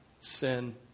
Sin